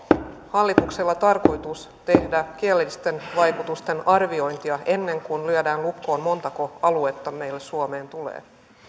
hallituksella tarkoitus tehdä kielellisten vaikutusten arviointia ennen kuin lyödään lukkoon montako aluetta meille suomeen tulee